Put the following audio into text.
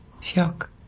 Shock